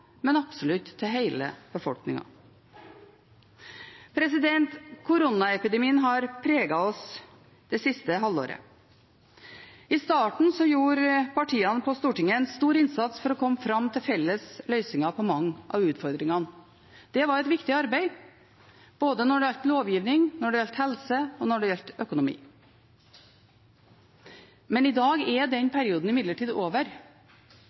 til absolutt hele befolkningen. Koronapandemien har preget oss det siste halvåret. I starten gjorde partiene på Stortinget en stor innsats for å komme fram til felles løsninger på mange av utfordringene. Det var et viktig arbeid – både når det gjaldt lovgivning, når det gjaldt helse, og når det gjaldt økonomi. I dag er den perioden imidlertid over.